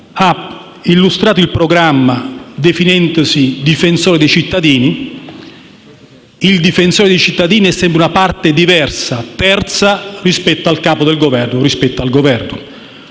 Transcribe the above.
ha illustrato il programma definendosi difensore dei cittadini. Ebbene, il difensore di cittadini è sempre una parte diversa, terza rispetto al Capo del Governo, rispetto al Governo.